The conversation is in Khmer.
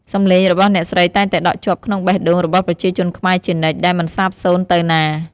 សម្លេងរបស់អ្នកស្រីតែងតែដក់ជាប់ក្នុងបេះដូងរបស់ប្រជាជនខ្មែរជានិច្ច ដែលមិនសាបសូន្យទៅណា។